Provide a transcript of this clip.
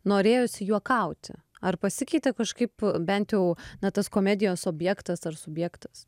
norėjosi juokauti ar pasikeitė kažkaip bent jau na tas komedijos objektas ar subjektas